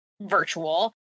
virtual